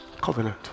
Covenant